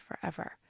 forever